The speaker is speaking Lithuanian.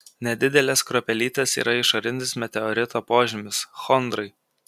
nedidelės kruopelytės yra išorinis meteorito požymis chondrai